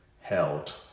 held